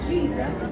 Jesus